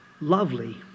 lovely